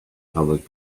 public